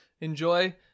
enjoy